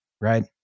Right